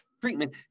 treatment